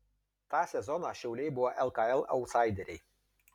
tą sezoną šiauliai buvo lkl autsaideriai